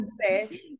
say